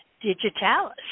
Digitalis